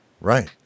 Right